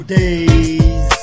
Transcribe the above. days